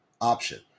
option